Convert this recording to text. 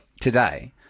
today